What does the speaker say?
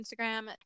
Instagram